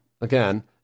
again